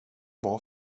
var